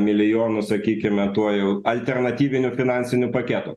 milijonų sakykime tuo jau alternatyvinių finansinių paketų